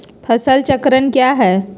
फसल चक्रण क्या है?